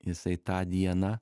jisai tą dieną